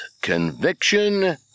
conviction